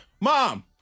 Mom